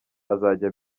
azajya